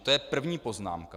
To je první poznámka.